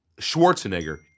Schwarzenegger